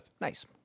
Nice